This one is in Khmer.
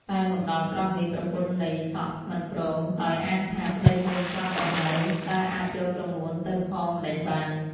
តែមកដល់ត្រង់នេះ ប្រពន្ធនៃសពមិនព្រម ដោយអាងថា "ប្តីខ្លួនស្លាប់ទៅហើយ តើអាចយកក្រមួនទៅផងម្តេចបាន?"។